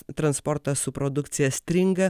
transportas su produkcija stringa